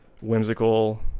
whimsical